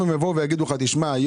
בבקשה.